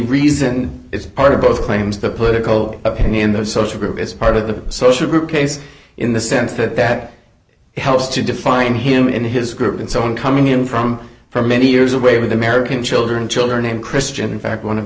reason it's a part of both claims the political opinion the social group is part of the social group case in the sense that that helps to define him in his group and so on coming in from for many years away with american children children and christian in fact one of